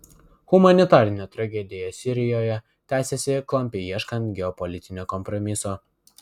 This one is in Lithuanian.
humanitarinė tragedija sirijoje tęsiasi klampiai ieškant geopolitinio kompromiso